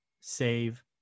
save